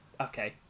Okay